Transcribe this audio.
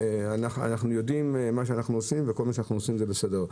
אנחנו יודעים מה אנחנו עושים וכל מה שאנחנו עושים זה בסדר.